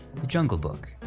the jungle book.